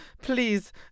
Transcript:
please